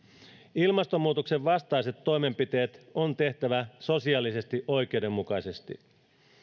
ilmastonmuutoksen vastaiset toimenpiteet on tehtävä sosiaalisesti oikeudenmukaisesti